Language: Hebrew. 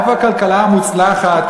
איפה הכלכלה המוצלחת,